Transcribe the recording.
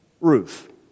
Ruth